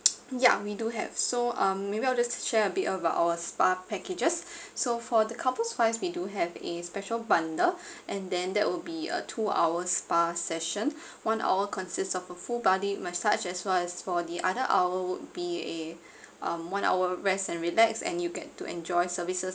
yeah we do have so um maybe I'll just share a bit about our spa packages so for the couple spa is we do have a special bundle and then that would be a two hours spa session one hour consists of a full body massage as well as for the other hour would be a um one hour rest and relax and you get to enjoy services